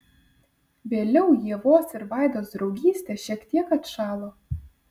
vėliau ievos ir vaidos draugystė šiek tiek atšalo